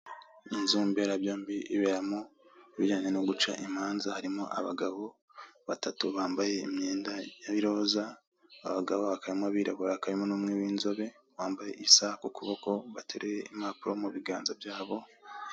Hano hari uruhurirane rw'abagize ishyaka rya Efuperi Inkotanyi. bafite amadarapo arimo ibara ry'ubururu, umutuku ndetse n'umweru. Umukuru w'igihugu cy'u Rwanda Paul Kagame wambaye umupira w'umweru ndetse n'ipantaro y'umukara. Hari abashinzwe umutekano mu rwego rwa Sitiyu.